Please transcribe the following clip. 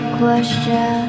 question